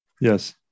Yes